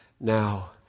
now